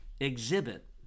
exhibit